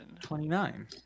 Twenty-nine